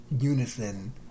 unison